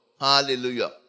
hallelujah